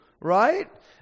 right